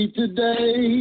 today